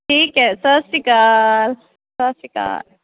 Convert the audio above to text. ਠੀਕ ਹੈ ਸਤਿ ਸ੍ਰੀ ਅਕਾਲ ਸਤਿ ਸ਼੍ਰੀ ਅਕਾਲ